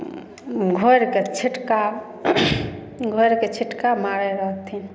घोरिके छोटका घोरिके छिटका मारै रहथिन